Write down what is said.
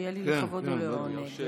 תהיה לי לכבוד ולעונג.